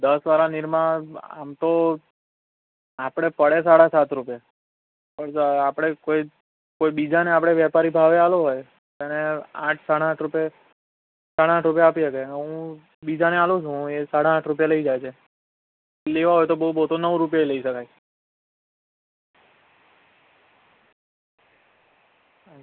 દસવાળા નિરમા આમ તો આપણે પડે સાડા સાત રૂપિયે પણ આપણે કોઈ કોઈ બીજાને આપણે વેપારી ભાવે આપવો હોય તો એને આઠ સાડા આઠ રૂપિયે સાડા આઠ રૂપિયે આપી શકાય હું બીજાને આપું છું એ સાડા આઠ રૂપિયે લઈ જાય છે લેવા હોય તો બહુ બહુ તો નવ રૂપિયે ય લઈ શકાય